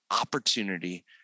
opportunity